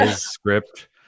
script